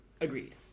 Agreed